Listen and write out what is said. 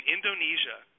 Indonesia